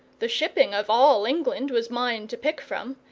the shipping of all england was mine to pick from,